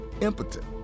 impotent